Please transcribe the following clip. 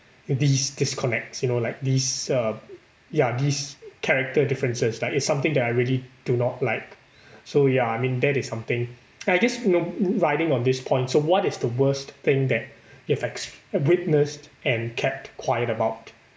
these disconnects you know like these uh ya these character differences like it's something that I really do not like so ya I mean that is something and I guess know riding on this point so what is the worst thing that it affects witnessed and kept quiet about